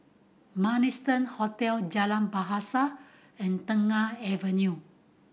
Marrison Hotel Jalan Bahasa and Tengah Avenue